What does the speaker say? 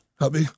Happy